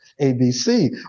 ABC